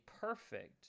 perfect